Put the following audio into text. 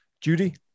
Judy